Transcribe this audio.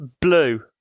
Blue